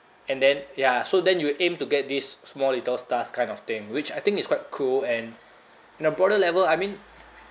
and then ya so then you will aim to get this small little stars kind of thing which I think is quite cool and in a broader level I mean